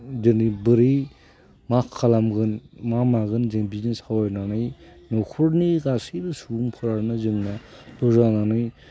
दिनै बोरै मा खालामगोन मा मागोन जों बिदि सावरायनानै न'खरनि गासैबो सुबुंफोरानो जोंना बुजायनानै